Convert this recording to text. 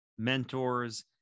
mentors